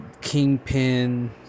Kingpin